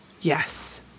Yes